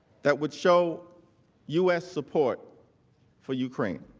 that would show u s. support for ukraine.